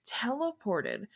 teleported